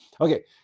Okay